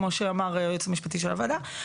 כמו שאמר היועץ המשפטי של הוועדה.